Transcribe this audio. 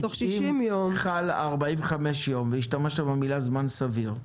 אם חלים 45 ימים והשתמשתם במילה זמן סביר,